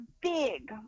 big